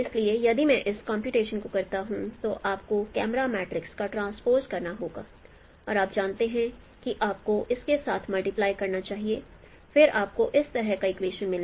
इसलिए यदि मैं इस कंप्यूटेशन को करता हूं तो आपको कैमरा मैट्रिक्स का ट्रांसपोज़ करना होगा और आप जानते हैं कि आपको इसके साथ मल्टीप्लाई करना चाहिए फिर आपको इस तरह का इक्वेशन मिलेगा